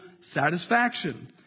satisfaction